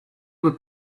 would